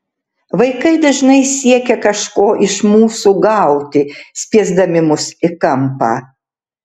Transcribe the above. vaikai dažnai siekia kažko iš mūsų gauti spiesdami mus į kampą